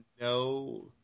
No